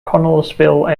connellsville